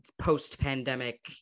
post-pandemic